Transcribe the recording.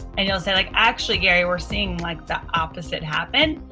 and you'll say like, actually gary, we're seeing like the opposite happened.